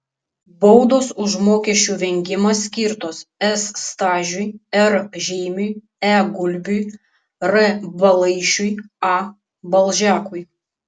baudos už mokesčių vengimą skirtos s stažiui r žeimiui e gulbiui r balaišiui a balžekui